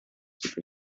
keep